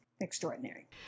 extraordinary